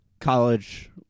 college